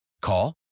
Call